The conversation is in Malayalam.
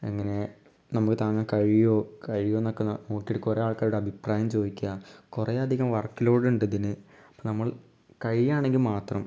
എങ്ങനെ നമുക്ക് താങ്ങാൻ കഴിയുവൊ കഴിയുവോന്നൊക്കെ ന നോക്കി എടുക്കുക ഒരാൾക്ക് അവരുടെ അഭിപ്രായം ചോദിക്കാൻ കുറേയധികം വർക്ക് ലോഡുണ്ട് ഇതിന് ഇപ്പം നമ്മൾ കയിയാണെങ്കിൽ മാത്രം